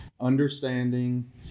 understanding